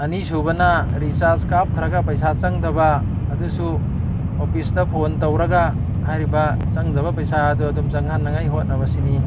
ꯑꯅꯤ ꯁꯨꯕꯅ ꯔꯤꯆꯥꯔꯖ ꯀꯥꯞꯈ꯭ꯔꯒ ꯄꯩꯁꯥ ꯆꯪꯗꯕ ꯑꯗꯨꯁꯨ ꯑꯣꯐꯤꯁꯇ ꯐꯣꯟ ꯇꯧꯔꯒ ꯍꯥꯏꯔꯤꯕ ꯆꯪꯗꯕ ꯄꯩꯁꯥ ꯑꯗꯨ ꯑꯗꯨꯝ ꯆꯪꯍꯟꯅꯉꯥꯏ ꯍꯣꯠꯅꯕꯁꯤꯅꯤ